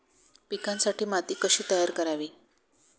पिकांसाठी माती कशी तयार करावी?